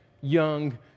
young